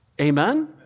Amen